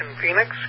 Phoenix